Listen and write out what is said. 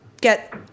get